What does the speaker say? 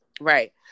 Right